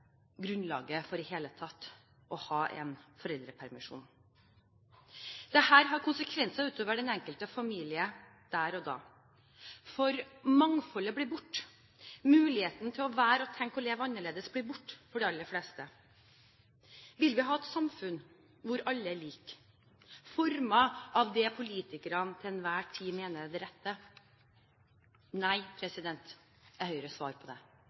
grunnlaget for at man i det hele tatt har en foreldrepermisjon. Dette får konsekvenser utover den enkelte familie der og da, fordi mangfoldet blir borte. Muligheten til å være, tenke og leve annerledes blir borte for de aller fleste. Vil vi ha et samfunn hvor alle er like, formet av det som politikerne til enhver tid mener er det rette? Nei, er Høyres svar på det,